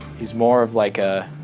he's more of like a,